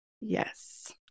Yes